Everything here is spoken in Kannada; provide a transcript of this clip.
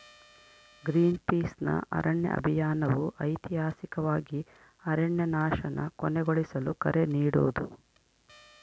ಗ್ರೀನ್ಪೀಸ್ನ ಅರಣ್ಯ ಅಭಿಯಾನವು ಐತಿಹಾಸಿಕವಾಗಿ ಅರಣ್ಯನಾಶನ ಕೊನೆಗೊಳಿಸಲು ಕರೆ ನೀಡೋದು